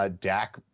Dak